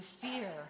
fear